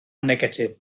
negatif